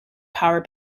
power